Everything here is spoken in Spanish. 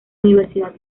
universidad